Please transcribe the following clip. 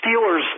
Steelers